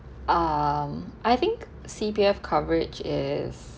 um I think C_P_F coverage is